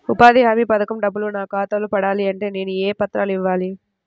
ఉపాధి హామీ పథకం డబ్బులు నా ఖాతాలో పడాలి అంటే నేను ఏ పత్రాలు ఇవ్వాలి?